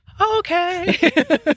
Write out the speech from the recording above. okay